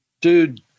Dude